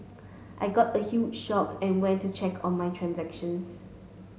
I got a huge shocked and went to check on my transactions